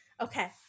Okay